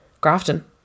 Grafton